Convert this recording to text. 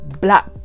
black